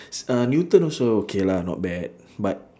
s~ uh newton also okay lah not bad but